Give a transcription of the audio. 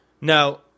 Now